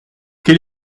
quel